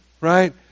right